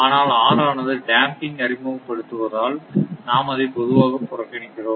ஆனால் r ஆனது damping அறிமுகப்படுத்துவதால் நாம் அதை பொதுவாக புறக்கணிக்கிறோம்